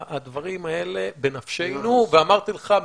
הדברים האלה בנפשנו ואמרתי לך,